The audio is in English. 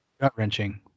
gut-wrenching